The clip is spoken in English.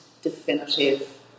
definitive